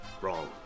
Wrong